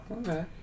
okay